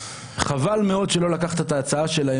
חבל מאוד שלא לקחת את ההצעה שלהם,